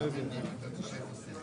ננעלה בשעה